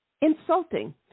Insulting